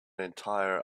entire